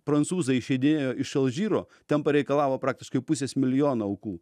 prancūzai išeidinėjo iš alžyro ten pareikalavo praktiškai pusės milijono aukų